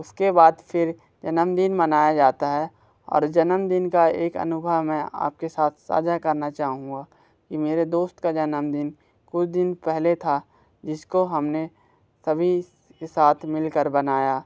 उसके बाद फिर जन्मदिन मनाया जाता है और जन्मदिन का एक अनुभव मैं आपके साथ साझा करना चाहूँगा कि मेरे दोस्त का जन्मदिन कुछ दिन पहले था जिसको हमने सभी साथ मिलकर बनाया